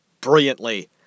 brilliantly